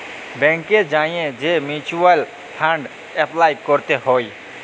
ব্যাংকে যাঁয়ে যে মিউচ্যুয়াল ফাল্ড এপলাই ক্যরতে হ্যয়